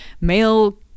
Male